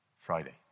Friday